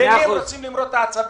למי הם רוצים למרוט את העצבים?